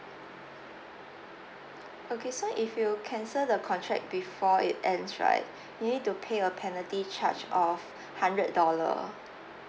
okay so if you cancel the contract before it ends right you need to pay a penalty charge of hundred dollar